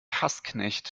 hassknecht